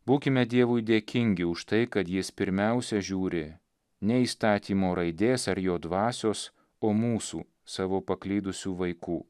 būkime dievui dėkingi už tai kad jis pirmiausia žiūri ne įstatymo raidės ar jo dvasios o mūsų savo paklydusių vaikų